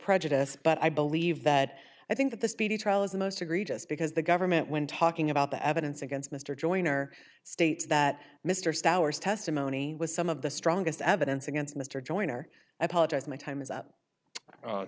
prejudice but i believe that i think that the speedy trial is the most egregious because the government when talking about the evidence against mr joyner states that mr souers testimony was some of the strongest evidence against mr joyner i apologize my time is up